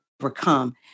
overcome